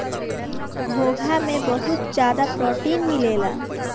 घोंघा में बहुत ज्यादा प्रोटीन मिलेला